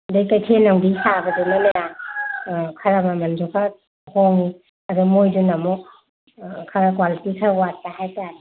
ꯑꯗꯒꯤ ꯀꯩꯊꯦꯜꯂꯣꯝꯒꯤ ꯁꯥꯕꯗꯨꯅꯅꯦ ꯈꯔ ꯃꯃꯟꯁꯨ ꯈꯔ ꯍꯣꯡꯉꯤ ꯑꯗꯨꯗ ꯃꯈꯣꯏꯗꯨꯅ ꯑꯃꯨꯛ ꯈꯔ ꯀ꯭ꯋꯥꯂꯤꯇꯤ ꯈꯔ ꯋꯥꯠꯄ ꯍꯥꯏꯕꯇꯥꯔꯦ